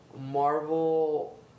Marvel